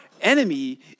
enemy